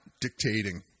dictating